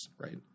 right